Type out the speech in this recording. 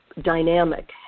dynamic